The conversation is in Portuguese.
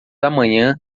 amanhã